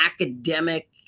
academic